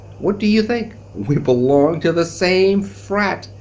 what do you think! we belong to the same frat!